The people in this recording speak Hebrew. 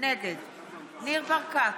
נגד ניר ברקת,